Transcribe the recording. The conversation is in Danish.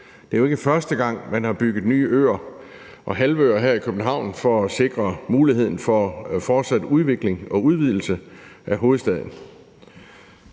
Det er jo ikke første gang, man har bygget nye øer og halvøer her i København for at sikre muligheden for fortsat udvikling og udvidelse af hovedstaden.